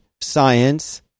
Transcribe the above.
science